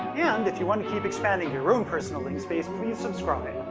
yeah and if you want to keep expanding your own personal ling space, please subscribe.